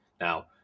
Now